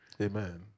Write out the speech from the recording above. Amen